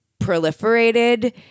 proliferated